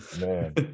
Man